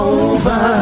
over